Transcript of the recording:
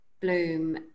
bloom